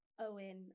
Owen